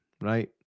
right